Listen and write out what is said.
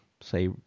say